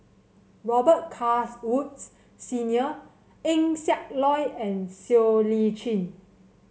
Robet Carr Woods Senior Eng Siak Loy and Siow Lee Chin